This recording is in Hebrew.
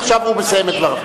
עכשיו הוא מסיים את דבריו.